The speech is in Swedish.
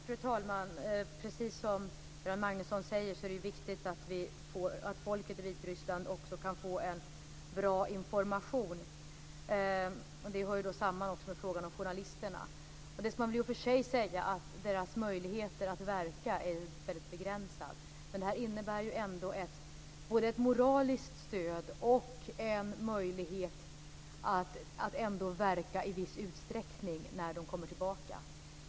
Fru talman! Precis som Göran Magnusson säger är det viktigt att folket i Vitryssland kan få bra information, och det hör ju också samman med frågan om journalisterna. Man ska väl i och för sig säga att deras möjligheter att verka är väldigt begränsad, men det här innebär ju ändå både ett moraliskt stöd och en möjlighet att verka i viss utsträckning när de kommer tillbaka.